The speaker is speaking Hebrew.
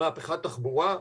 מהפיכת תחבורה,